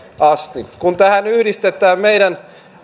asti kun tähän yhdistetään meidän